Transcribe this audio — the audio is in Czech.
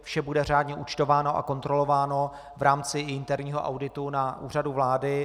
Vše bude řádně účtováno a kontrolováno v rámci interního auditu na Úřadu vlády.